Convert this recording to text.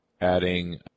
adding